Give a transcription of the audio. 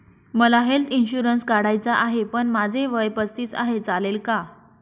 मला health insurance काढायचा आहे पण माझे वय पस्तीस आहे, चालेल का?